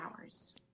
hours